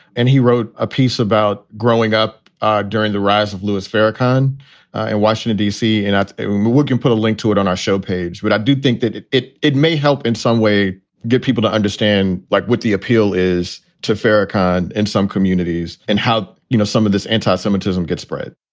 and he wrote a piece about growing up during the rise of louis farrakhan in washington, d c. and that's what can put a link to it on our show page. but i do think that it it may may help in some way get people to understand, like what the appeal is to farrakhan in some communities and how, you know, some of this anti-semitism gets spread